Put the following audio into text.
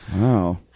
Wow